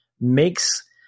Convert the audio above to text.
makes